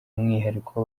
umwihariko